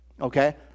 okay